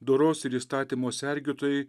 doros ir įstatymo sergėtojai